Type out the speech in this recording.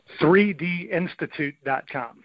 3dinstitute.com